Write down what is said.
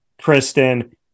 Kristen